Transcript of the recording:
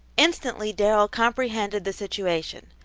instantly darrell comprehended the situation.